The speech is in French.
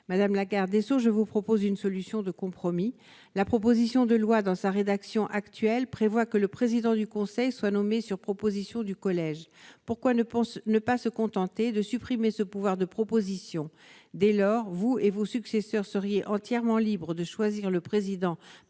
madame la garde des Sceaux, je vous propose une solution de compromis, la proposition de loi dans sa rédaction actuelle prévoit que le président du Conseil soit nommé sur proposition du collège, pourquoi ne pensent ne pas se contenter de supprimer ce pouvoir de proposition, dès lors, vous et vos successeurs seriez entièrement libre de choisir le président parmi